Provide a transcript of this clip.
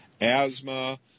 asthma